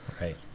right